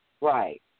Right